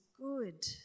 good